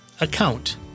account